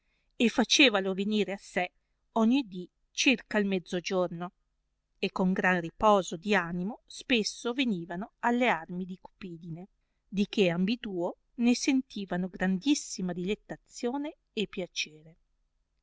e facevalo venire a se ogni di cerca il mezzogiorno e con gran riposo di animo spesso venivano alle armi di cupidine di che ambiduo ne sentivano grandissima dilettazione e piacere